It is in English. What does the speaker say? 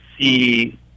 see